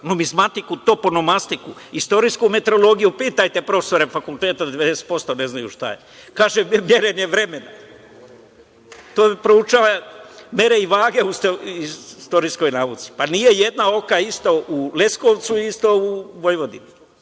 Numizmatiku, toponomastiku, istorijsku meteorologiju, pitajte profesore fakultete, 90% ne znaju šta je. Kaže – merenje vremena, to proučava mere i vage u istorijskoj nauci. Pa, nije jedna oka ista u Leskovcu i ista u Vojvodini,